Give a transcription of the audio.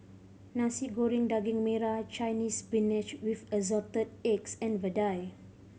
Nasi Goreng Daging Merah Chinese Spinach with Assorted Eggs and vadai